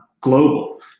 global